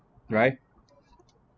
right